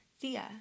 Thea